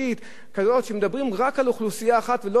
שמדברים רק על אוכלוסייה אחת ולא על כל האוכלוסיות.